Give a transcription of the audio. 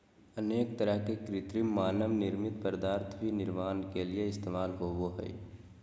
अनेक तरह के कृत्रिम मानव निर्मित पदार्थ भी निर्माण के लिये इस्तेमाल होबो हइ